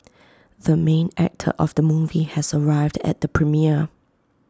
the main actor of the movie has arrived at the premiere